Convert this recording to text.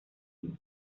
mismo